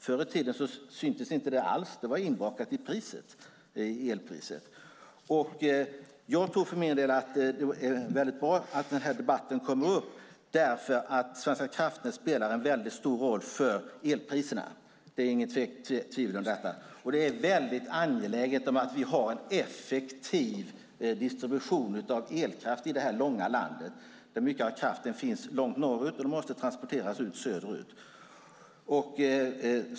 Förr i tiden syntes inte detta alls utan var inbakat i elpriset. Jag tror för min del att det är bra att den här debatten kommer upp. Svenska kraftnät spelar nämligen en mycket stor roll för elpriserna. Det är inget tvivel om detta, och det är väldigt angeläget att vi har en effektiv distribution av elkraft i det här långa landet, där mycket av kraften finns långt norrut och måste transporteras söderut.